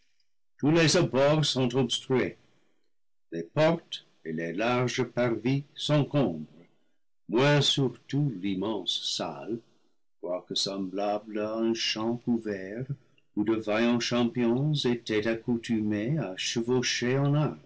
tous les abords sont obstrués les portes et les larges parvis s'encombrent moins surtout l'immense salle quoique semblable à un champ couvert où de vaillants champions étaient accoutumés